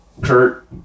Kurt